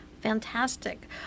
Fantastic